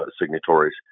signatories